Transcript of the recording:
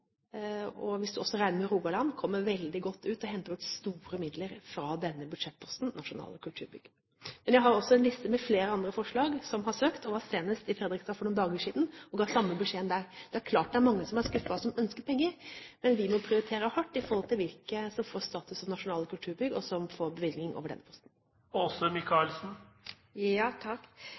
hvis en også regner med Rogaland – kommer veldig godt ut og henter ut store midler fra budsjettposten Nasjonale kulturbygg. Jeg har også en liste med flere andre forslag det har vært søkt om. Jeg var senest i Fredrikstad for noen dager siden og ga samme beskjed der. Det er klart det er mange som er skuffet og som ønsker penger. Men vi må prioritere hardt når det gjelder hvilke som får status som Nasjonale kulturbygg og får bevilgninger over denne posten.